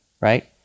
right